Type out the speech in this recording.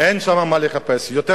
אין מה לחפש שם.